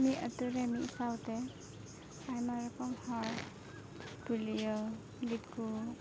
ᱤᱧᱟᱹᱜ ᱟᱹᱛᱩᱨᱮ ᱢᱤᱫ ᱥᱟᱶᱛᱮ ᱟᱭᱢᱟ ᱨᱚᱠᱚᱢ ᱦᱚᱲ ᱯᱩᱞᱤᱭᱳ ᱫᱤᱠᱩ